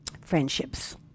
Friendships